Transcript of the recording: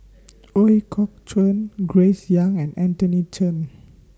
Ooi Kok Chuen Grace Young and Anthony Chen